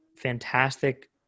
fantastic